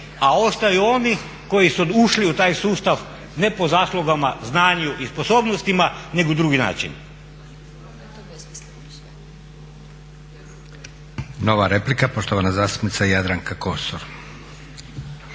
a ostaju oni koji su ušli u taj sustav ne po zaslugama, znanju i sposobnostima nego na drugi način. **Leko, Josip (SDP)** Nova replika, poštovana zastupnica Jadranka Kosor.